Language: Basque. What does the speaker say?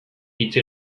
itxi